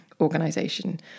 organization